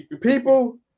people